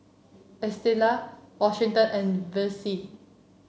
Estela Washington and Vessie